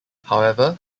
however